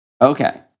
Okay